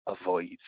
avoid